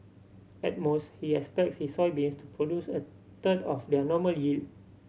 at most he expects his soybeans to produce a third of their normal yield